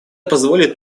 позволит